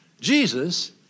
Jesus